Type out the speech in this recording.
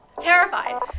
Terrified